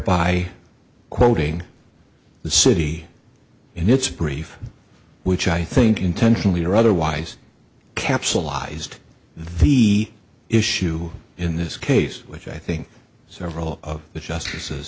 by quoting the city in its brief which i think intentionally or otherwise capsulized the issue in this case which i think several of the justice